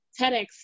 TEDx